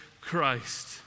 Christ